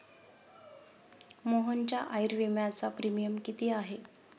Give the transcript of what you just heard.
मोहनच्या आयुर्विम्याचा प्रीमियम किती आहे?